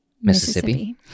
Mississippi